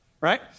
right